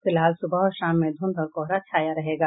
फिलहाल सुबह और शाम में धुंध और कोहरा छाया रहेगा